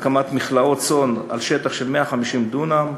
הקמת מכלאות צאן על שטח של 150 דונם,